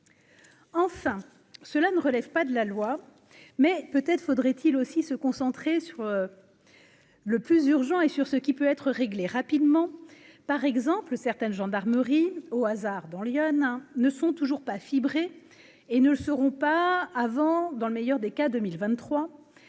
Enfin, cela ne relève pas de la loi, mais peut être faudrait-il aussi se concentrer sur le plus urgent et sur ce qui peut être réglé rapidement, par exemple, certaines gendarmeries au hasard dans l'Yonne, ne sont toujours pas fibrer et ne le seront pas avant, dans le meilleur des cas, 2023,